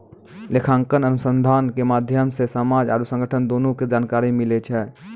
लेखांकन अनुसन्धान के माध्यम से समाज आरु संगठन दुनू के जानकारी मिलै छै